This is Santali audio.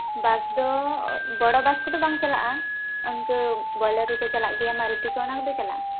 ᱵᱟᱥ ᱫᱚ ᱵᱚᱲᱚ ᱵᱟᱥ ᱠᱚᱫᱚ ᱵᱟᱝ ᱪᱟᱞᱟᱜᱼᱟ ᱤᱱᱠᱟᱹ ᱵᱚᱞᱮᱨᱳ ᱠᱚ ᱪᱟᱞᱟᱜ ᱜᱮᱭᱟ ᱢᱟᱨᱩᱛᱤ ᱠᱚ ᱚᱱᱟ ᱠᱚᱫᱚ ᱪᱟᱞᱟᱜ ᱜᱮᱭᱟ